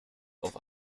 auf